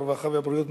הרווחה והבריאות,